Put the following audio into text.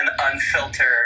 unfiltered